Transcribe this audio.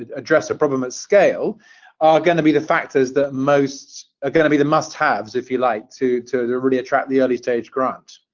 ah address a problem at scale are going to be the factors that most are going to be the must-haves, if you like, to to really attract the early stage grant.